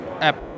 app